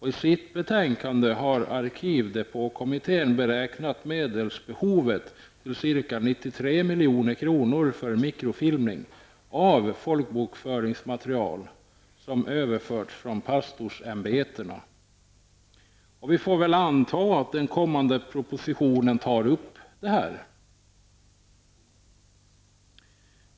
I sitt betänkande har arkivdepåkommittén beräknat medelsbehovet till ca 93 milj.kr. för mikrofilmning av folkbokföringsmaterial som överförts från pastorsämbetena. Vi får anta att den kommande propositionen tar upp detta.